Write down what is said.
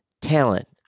talent